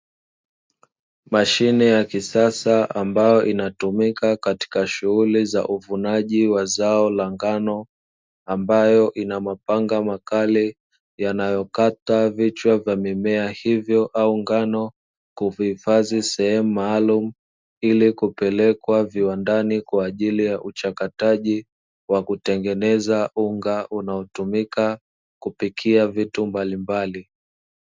Mashine ya kisasa ambayo inatumika katika shughuli za uvunaji wa zao la ngano, ambayo ina mapanga makali yanayokata vichwa vya mimea hivyo au ngano kuvihifadhi sehemu maalumu ili kupelekwa viwandani kwa ajili ya uchakataji wa kutengeneza unga, unaotumika kupikia vitu mbalimbali.